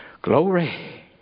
Glory